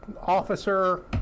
officer